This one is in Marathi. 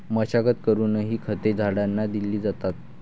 मशागत करूनही खते झाडांना दिली जातात